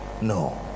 no